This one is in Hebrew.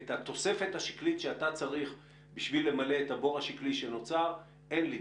את התוספת השקלית שאתה צריך בשביל למלא את הבור השקלי שנוצר אין לי.